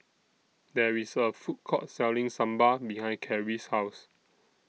There IS A Food Court Selling Sambar behind Carrie's House